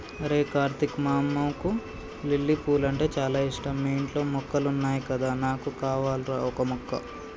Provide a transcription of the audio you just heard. అరేయ్ కార్తీక్ మా అమ్మకు లిల్లీ పూలంటే చాల ఇష్టం మీ ఇంట్లో మొక్కలున్నాయి కదా నాకు కావాల్రా ఓక మొక్క